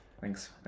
thanks